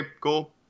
cool